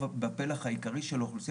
בפלח העיקרי של האוכלוסייה,